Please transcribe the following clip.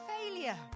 failure